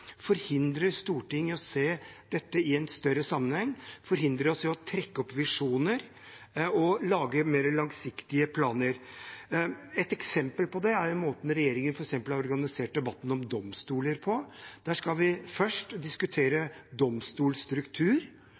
forhindrer Stortinget fra å se dette i en større sammenheng, forhindrer oss fra å trekke opp visjoner og lage mer langsiktige planer. Et eksempel på det er måten regjeringen f.eks. har organisert debatten om domstoler på. Der skal vi først diskutere domstolstruktur,